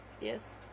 yes